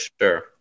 sure